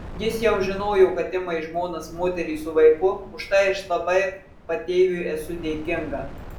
jis jau žinojo kad ima į žmonas moterį su vaiku už tai aš labai patėviui esu dėkinga